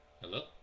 hello